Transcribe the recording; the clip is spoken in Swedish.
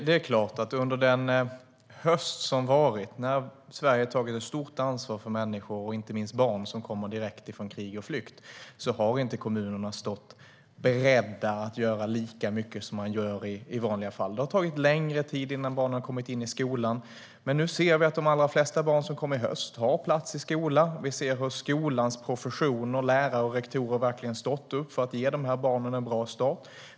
Herr talman! Under den höst som har varit - när Sverige har tagit ett stort ansvar för människor och inte minst barn som kommer direkt från krig och flyr - är det klart att kommunerna inte har stått beredda att göra lika mycket som man gör i vanliga fall. Det har tagit längre tid innan barnen har kommit in i skolan. Men nu ser vi att de allra flesta barn som kom i höst har plats i skola, och vi ser hur skolans professioner, lärare och rektorer, verkligen har stått upp för att ge de här barnen en bra start.